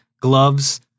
gloves